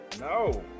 No